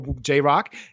J-Rock